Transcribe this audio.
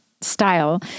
style